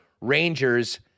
Rangers